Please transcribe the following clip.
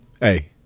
Hey